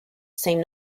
same